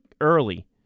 early